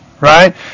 Right